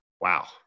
wow